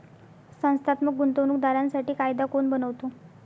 संस्थात्मक गुंतवणूक दारांसाठी कायदा कोण बनवतो?